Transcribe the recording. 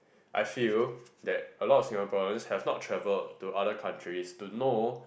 I feel that a lot of Singaporeans have not travelled to other countries to know